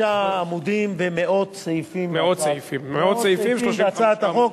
35 עמודים ומאות סעיפים, מאות סעיפים בהצעת החוק.